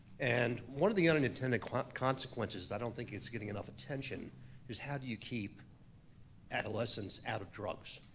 and one of the unintended consequences, i don't think it's getting enough attention, is how do you keep adolescents out of drugs?